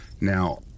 Now